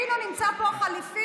הינה, נמצא פה החליפי,